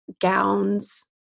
gowns